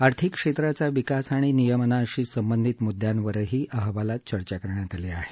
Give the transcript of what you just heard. आर्थिक क्षेत्राचा विकास आणि नियमनाशी संबंधित मुद्यांवरही अहवालात चर्चा केली आहे